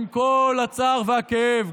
עם כל הצער והכאב,